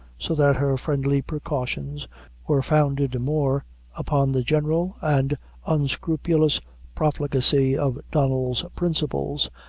so that her friendly precautions were founded more upon the general and unscrupulous profligacy of donnel's principles,